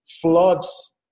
floods